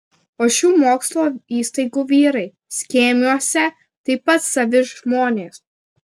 o šių mokslo įstaigų vyrai skėmiuose taip pat savi žmonės